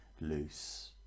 loose